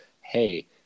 Hey